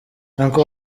uncle